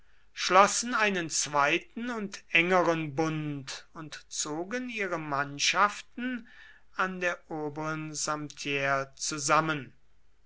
schlossen einen zweiten und engeren bund und zogen ihre mannschaften an der oberen samtire zusammen